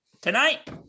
tonight